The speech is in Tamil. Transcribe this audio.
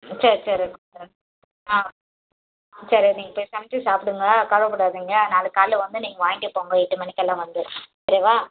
சரி சரி இருக்கட்டும் ஆ சரி நீங்கள் போய் சமைச்சி சாப்பிடுங்க கவலைப்படாதிங்க நாளைக்கு காலைல வந்து நீங்கள் வாங்கிட்டு போங்க எட்டு மணிக்கெல்லாம் வந்து சரியாப்பா